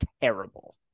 terrible